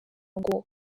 ngo